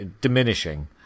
diminishing